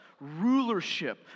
rulership